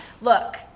Look